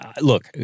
look